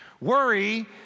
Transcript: Worry